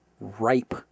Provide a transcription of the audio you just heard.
ripe